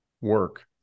work